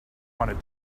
wanted